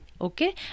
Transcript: okay